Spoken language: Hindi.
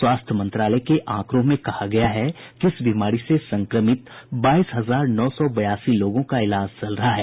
स्वास्थ्य मंत्रालय के आंकड़ों में कहा गया है कि इस बीमारी से संक्रमित बाईस हजार नौ सौ बयासी लेगों का इलाज चल रहा है